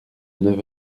neuf